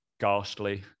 ghastly